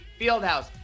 Fieldhouse